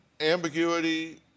ambiguity